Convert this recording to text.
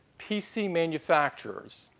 pc manufacturers,